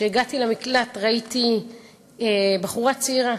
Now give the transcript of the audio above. כשהגעתי למקלט ראיתי בחורה צעירה,